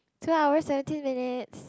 two hours seventeen minutes